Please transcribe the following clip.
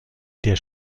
der